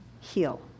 heal